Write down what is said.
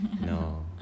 No